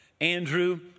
Andrew